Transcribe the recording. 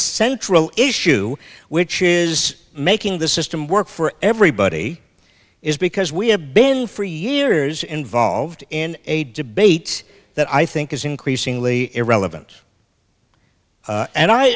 central issue which is making the system work for everybody is because we have been for years involved in a debate that i think is increasingly irrelevant and i